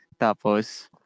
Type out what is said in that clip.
tapos